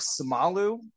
Samalu